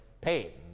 paid